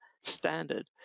standard